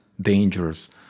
dangerous